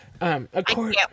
according